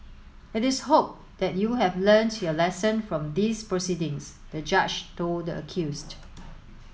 it is hoped that you have learnt your lesson from these proceedings the Judge told the accused